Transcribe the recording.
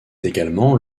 également